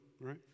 right